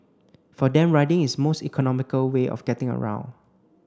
for them riding is most economical way of getting around